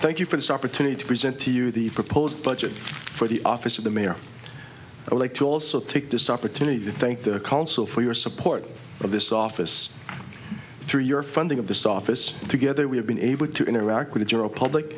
thank you for this opportunity to present to you the proposed budget for the office of the mayor i would like to also take this opportunity to thank the consul for your support of this office through your funding of this office together we have been able to interact with the general public